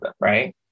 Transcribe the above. right